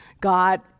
God